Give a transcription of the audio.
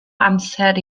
amser